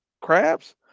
crabs